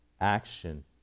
action